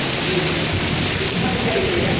जी कितने रुपये लीजिएगा